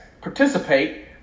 participate